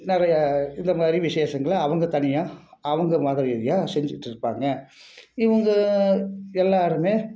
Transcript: நிறைய இந்த மாதிரி விசேஷங்களை அவங்க தனியாக அவங்க மத ரீதியாக செஞ்சுக்கிட்ருப்பாங்க இவங்க எல்லாேருமே